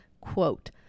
Quote